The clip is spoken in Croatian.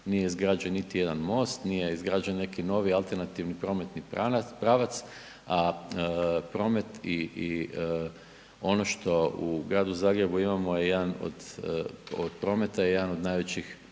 nije izgrađen niti jedan most, nije izgrađen neki novi alternativni prometni pravac, a promet i ono što u gradu Zagrebu imamo od prometa je jedan od najvećih